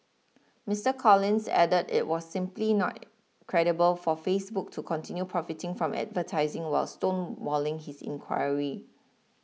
Mister Collins added it was simply not credible for Facebook to continue profiting from advertising while stonewalling his inquiry